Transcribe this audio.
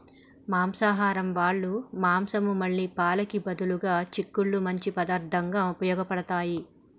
శాకాహరం వాళ్ళ మాంసం మళ్ళీ పాలకి బదులుగా చిక్కుళ్ళు మంచి పదార్థంగా ఉపయోగబడతాయి